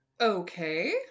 okay